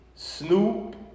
Snoop